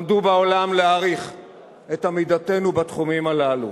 למדו בעולם להעריך את עמידתנו בתחומים האלה.